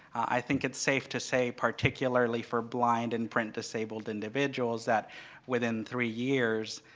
i think it's safe to say, particularly for blind and print-disabled individuals, that within three years,